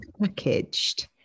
packaged